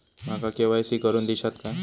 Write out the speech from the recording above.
माका के.वाय.सी करून दिश्यात काय?